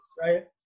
right